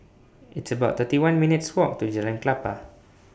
It's about thirty one minutes' Walk to Jalan Klapa